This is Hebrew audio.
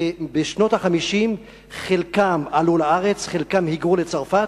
בשנות ה-50 חלקם עלו לארץ, חלקם היגרו לצרפת,